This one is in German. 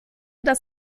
das